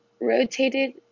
rotated